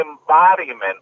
embodiment